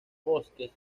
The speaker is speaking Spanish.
bosques